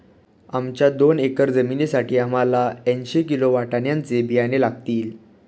आमच्या दोन एकर जमिनीसाठी आम्हाला ऐंशी किलो वाटाण्याचे बियाणे लागतील